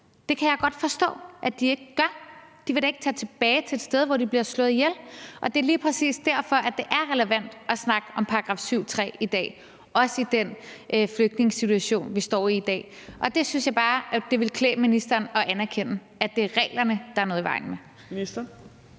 Det kan jeg godt forstå at de ikke gør; de vil da ikke tage tilbage til et sted, hvor de bliver slået ihjel. Og det er lige præcis derfor, at det er relevant at snakke om § 7, stk. 3, i dag, også i den flygtningesituation, vi står i i dag. Der synes jeg bare, at det ville klæde ministeren at anerkende, at det er reglerne, der er noget i vejen med.